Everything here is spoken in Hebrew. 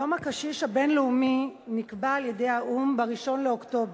יום הקשיש הבין-לאומי נקבע על-ידי האו"ם ב-1 באוקטובר.